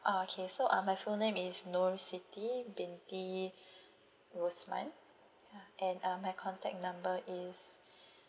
oh okay so uh my full name is norsiti binti rosman ya and uh my contact number is